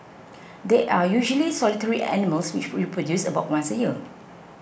they are usually solitary animals which reproduce about once a year